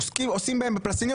עושים בהם כבפלסטלינה,